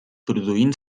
produint